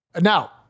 Now